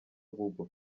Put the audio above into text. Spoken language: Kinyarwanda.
google